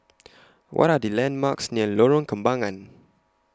What Are The landmarks near Lorong Kembangan